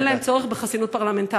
אין להם צורך בחסינות פרלמנטרית.